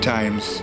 Times